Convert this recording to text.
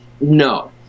No